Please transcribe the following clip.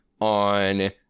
on